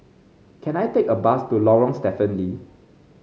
can I take a bus to Lorong Stephen Lee